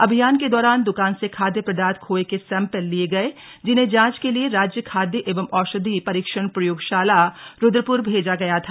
अभियान के दौरान दुकान से खाद्य पदार्थ खोये के सैंपल लिए गए जिन्हें जांच के लिए राज्य खादय एवं औषधि परीक्षण प्रयोगशाला रुद्रपुर भेजा गया था